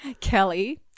Kelly